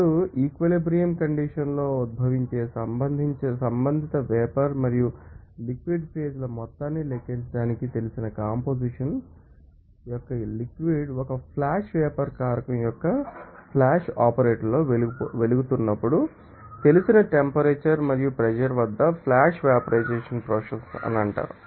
ఇప్పుడు equilibrium condition లో ఉద్భవించే సంబంధిత వేపర్ మరియు లిక్విడ్ ఫేజ్ ల మొత్తాన్ని లెక్కించడానికి తెలిసిన కంపొజిషన్ యొక్క లిక్విడ్ ం ఒక ఫ్లాష్ వేపర్ కారకం యొక్క ఫ్లాష్ ఆపరేటర్లో వెలుగుతున్నప్పుడు తెలిసిన టెంపరేచర్ మరియు ప్రెషర్ వద్ద ఫ్లాష్ వెపరైజెషన్ప్రోసెస్ అంటారు